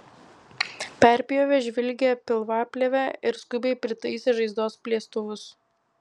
perpjovė žvilgią pilvaplėvę ir skubiai pritaisė žaizdos plėstuvus